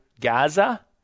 Gaza